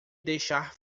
deixar